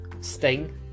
Sting